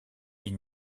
ils